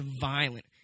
violent